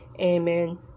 Amen